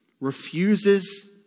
refuses